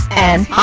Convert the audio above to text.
and